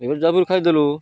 ଏବେ ଜାବୁର ଖାଇଦେଲୁ